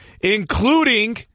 including